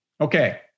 Okay